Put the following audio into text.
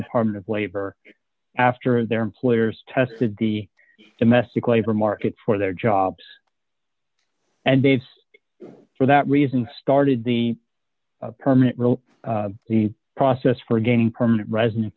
department of labor after their employers tested the domestic labor market for their jobs and davis for that reason started the permanent rule the process for gaining permanent residen